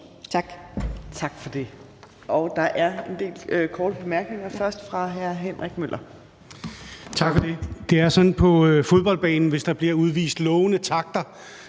tak.